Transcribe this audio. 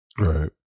Right